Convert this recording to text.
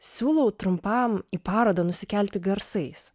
siūlau trumpam į parodą nusikelti garsais